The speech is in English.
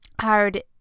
hard